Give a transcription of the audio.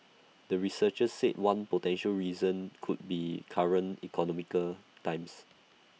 the researchers said one potential reason could be current economical times